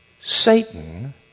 Satan